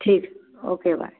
ठीक okay bye